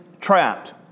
trapped